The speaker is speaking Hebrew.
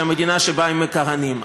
של המדינה שבה הם מכהנים.